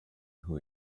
who